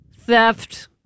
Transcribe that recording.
theft